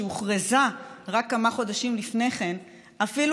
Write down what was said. שהוכרזה רק כמה חודשים לפני כן ואפילו